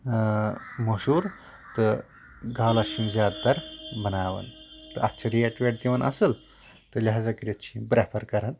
مشہوٗر تہٕ گالا چھِ یِم زیادٕ تر بَناوان تہٕ اَتھ چھِ ریٹ ویٹ دِوان یِوان اَصٕل تہٕ لِہازا کٔرِتھ چھِ یِم پریفر کران